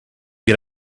get